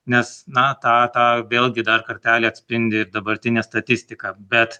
nes na tą tą vėlgi dar kartelį atspindi ir dabartinė statistika bet